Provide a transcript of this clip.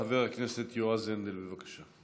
חבר הכנסת יועז הנדל, בבקשה.